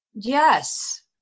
Yes